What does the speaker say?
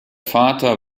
vater